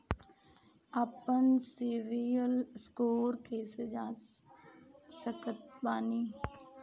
आपन सीबील स्कोर कैसे जांच सकत बानी?